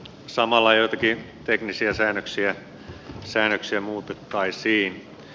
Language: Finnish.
samalla joitakin teknisiä säännöksiä muutettaisiin